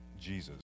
Jesus